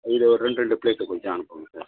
இதில் ஒரு ரெண்டு ரெண்டு ப்ளேட்டு கொஞ்சம் அனுப்புங்க சார்